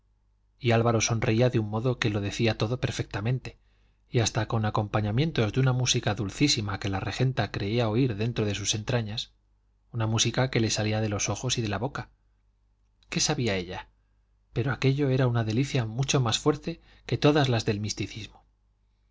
y álvaro sonreía de un modo que lo decía todo perfectamente y hasta con acompañamiento de una música dulcísima que la regenta creía oír dentro de sus entrañas una música que le salía de los ojos y de la boca qué sabía ella pero aquello era una delicia mucho más fuerte que todas las del misticismo